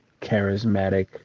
charismatic